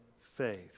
faith